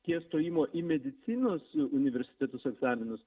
tie stojimo į medicinos universitetus egzaminus